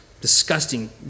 Disgusting